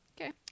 Okay